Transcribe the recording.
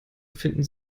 finden